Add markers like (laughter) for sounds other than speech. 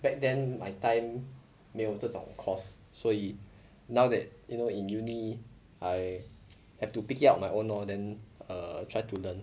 back then my time 没有这种 course 所以 now that you know in uni I (noise) have to pick it up my own lor then err try to learn